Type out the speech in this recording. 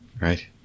Right